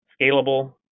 scalable